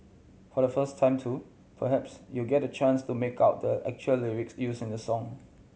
for the first time too perhaps you'll get the chance to make out the actual lyrics used in the song